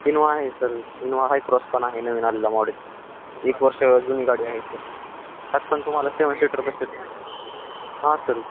Innova आहे sir Innova Hycross पण आहे नवीन आलेला मॉडेल एक वर्ष जुनी गाडी आहे सर त्यात पण तुम्हाला सेवन सीटर बस हां सर